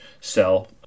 sell